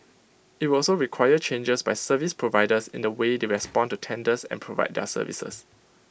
IT will also require changes by service providers in the way they respond to tenders and provide their services